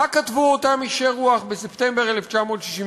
מה כתבו אותם אישי רוח בספטמבר 1967?